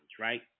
right